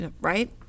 right